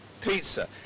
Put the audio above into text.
Pizza